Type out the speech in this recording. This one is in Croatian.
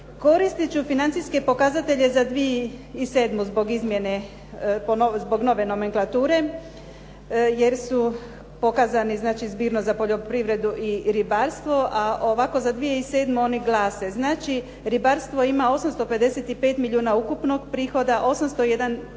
Koristit ću financijske pokazatelje za 2007. zbog izmjene, zbog nove nomenklature jer su pokazani znači zbirno za poljoprivredu i ribarstvo, a ovako za 2007. oni glase. Znači, ribarstvo ima 855 milijuna ukupnog prihoda, 801